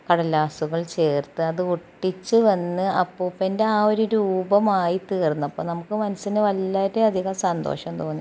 കടലാസുകൾ ചേർത്ത് അതൊട്ടിച്ച് വന്ന് അപ്പൂപ്പൻ്റെ ആ ഒരു രൂപമായി തീർന്നപ്പം നമുക്ക് മനസ്സിന് വളരെ അധികം സന്തോഷം തോന്നി